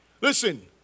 Listen